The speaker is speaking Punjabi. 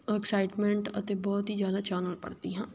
ਐਕਸਾਈਟਮੈਂਟ ਅਤੇ ਬਹੁਤ ਹੀ ਜ਼ਿਆਦਾ ਚਾਅ ਨਾਲ ਪੜ੍ਹਦੀ ਹਾਂ